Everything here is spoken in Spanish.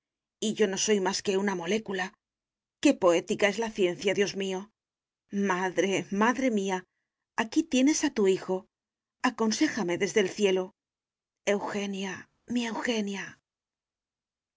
y yo no soy más que una molécula qué poética es la ciencia dios mío madre madre mía aquí tienes a tu hijo aconséjame desde el cielo eugenia mi